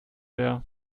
wäre